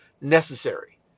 necessary